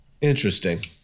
Interesting